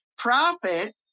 Profit